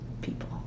people